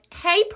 Hey